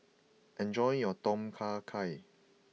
enjoy your Tom Kha Gai